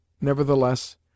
Nevertheless